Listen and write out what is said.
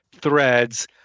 threads